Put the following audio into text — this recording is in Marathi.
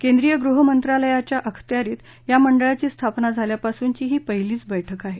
केंद्रीय गृहमंत्रालयाच्या अखत्यारीत या मंडळाची स्थापन झाल्यापासूनची ही पहिलीच बैठक आहे